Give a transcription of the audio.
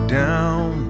down